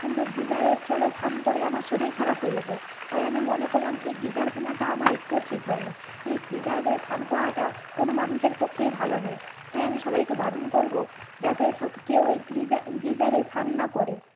কিন্তু গিজারের জলে স্নান করে আমার শরীর খারাপ হয়ে যেত তাই আমি মনে করলাম এই গীজার কেনাটা আমার একটুও ঠিক হয় নি এই গীজারে স্নান করাটা কোনো মানুষের পক্ষেই ভালো নয় তাই আমি সবাইকে বারণ করবো যাতে সব কেউ এই গীজার গীজারে স্নান না করে